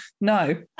No